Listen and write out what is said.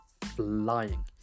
flying